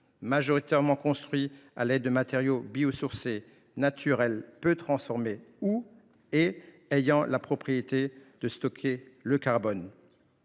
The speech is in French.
majoritairement construits à l’aide de matériaux biosourcés, naturels et peu transformés, ayant parfois la propriété de stocker le carbone.